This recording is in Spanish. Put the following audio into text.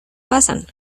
pasan